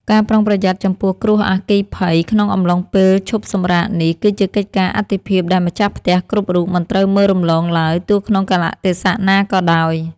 ការប្រុងប្រយ័ត្នចំពោះគ្រោះអគ្គិភ័យក្នុងអំឡុងពេលឈប់សម្រាកនេះ គឺជាកិច្ចការអាទិភាពដែលម្ចាស់ផ្ទះគ្រប់រូបមិនត្រូវមើលរំលងឡើយទោះក្នុងកាលៈទេសៈណាក៏ដោយ។